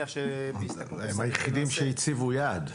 היחידים שהציבו יעד.